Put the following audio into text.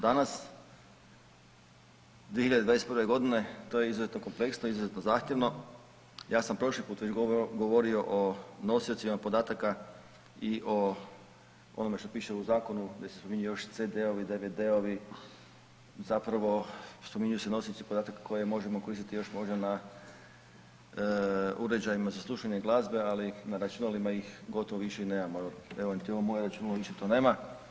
Danas 2021.g. to je izuzetno kompleksno, izuzetno zahtjevno, ja sam prošli put već govorio o nosiocima podataka i o onome što piše u zakonu gdje se spominju još CD-ovi, DVD-ovi zapravo spominju se nosiocima podataka koje možemo koristiti još možda na uređajima za slušanje glazbe, ali na računalima ih gotovo više i nemamo, evo niti ovo moje računalo više to nema.